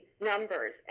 numbers